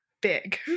big